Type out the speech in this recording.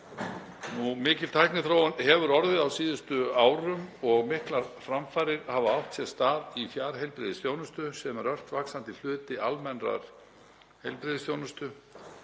Mikil tækniþróun hefur orðið á síðustu árum og miklar framfarir hafa átt sér stað í fjarheilbrigðisþjónustu sem er ört vaxandi hluti almennrar heilbrigðisþjónustu.